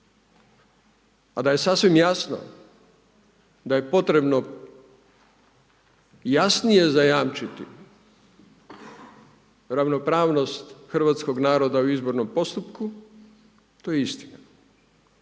A da je sasvim jasno da je potrebno jasnije zajamčiti ravnopravnost hrvatskog naroda u izbornom postupku, to je istina.